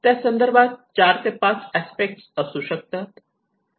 त्यासंदर्भात चार ते पाच अस्पेक्ट असू शकतात